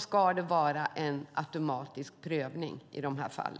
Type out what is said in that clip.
ska det vara en automatisk prövning i de här fallen.